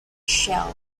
shell